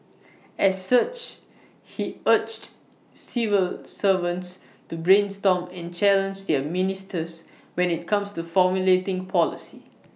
as such he urged civil servants to brainstorm and challenge their ministers when IT comes to formulating policy